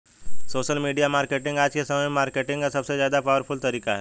social media marketing आज के समय में मार्केटिंग का सबसे ज्यादा पॉवरफुल तरीका है